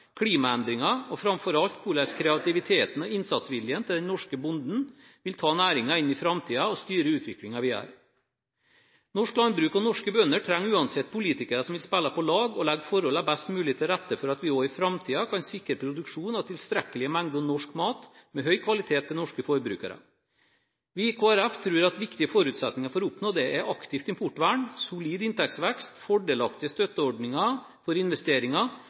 klimaendringer og framfor alt hvordan kreativiteten og innsatsviljen til den norske bonden vil ta næringen inn i framtiden og styre utviklingen videre. Norsk landbruk og norske bønder trenger uansett politikere som vil spille på lag og legge forholdene best mulig til rette for at vi også i framtiden kan sikre produksjon av tilstrekkelige mengder norsk mat med høy kvalitet til norske forbrukere. Vi i Kristelig Folkeparti tror at viktige forutsetninger for å oppnå dette er aktivt importvern, solid inntektsvekst, fordelaktige støtteordninger for investeringer